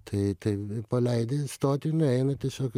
tai tai paleidi stotį jinai eina tiesiog